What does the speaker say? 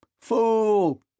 Fool